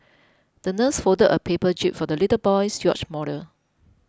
the nurse folded a paper jib for the little boy's yacht model